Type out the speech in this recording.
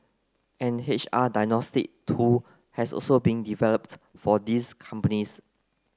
an H R diagnostic tool has also been developed for these companies